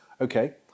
okay